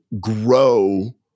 grow